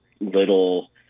little